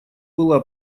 была